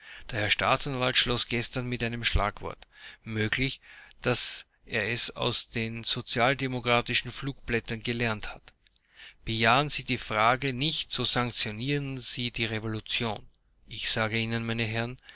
der herr staatsanwalt schloß gestern mit einem schlagwort möglich daß er es aus den sozialdemokratischen flugblättern gelernt hat bejahen sie die fragen nicht so sanktionieren sie die revolution ich sage ihnen meine herren